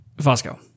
Fosco